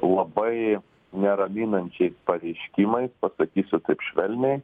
labai neraminančiais pareiškimais pasakysiu taip švelniai